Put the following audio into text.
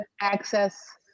access